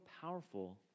powerful